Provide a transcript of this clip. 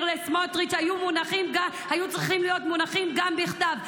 לסמוטריץ' היו צריכים להיות מונחים גם בכתב.